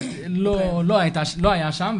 לא הייתה שם,